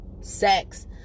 sex